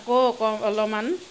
আকৌ অক অলপমান